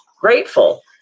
grateful